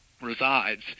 resides